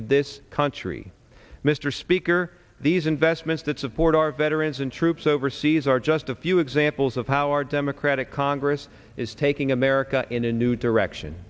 of this country mr speaker these investments that support our veterans and troops overseas are just a few examples of how our democratic congress is taking america in a new direction